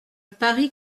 parie